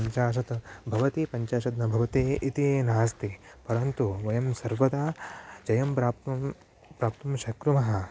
पञ्चाशत् भवति पञ्चाशत् न भवति इति नास्ति परन्तु वयं सर्वदा जयं प्राप्तुं प्राप्तुं शक्नुमः